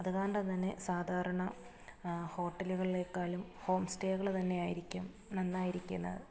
അതുകൊണ്ട് തന്നെ സാധാരണ ഹോട്ടലുകളെക്കാലും ഹോം സ്റ്റേകൾ തന്നെ ആയിരിക്കും നന്നായിരിക്കുന്നത്